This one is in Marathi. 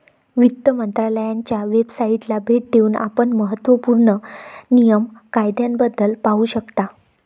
वित्त मंत्रालयाच्या वेबसाइटला भेट देऊन आपण महत्त्व पूर्ण नियम कायद्याबद्दल पाहू शकता